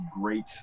great